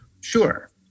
Sure